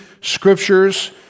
scriptures